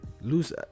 lose